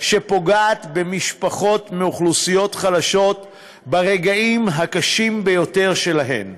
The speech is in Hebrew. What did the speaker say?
שפוגעת במשפחות מאוכלוסיות חלשות ברגעים הקשים ביותר שלהן,